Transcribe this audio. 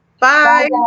bye